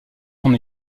son